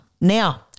Now